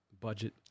budget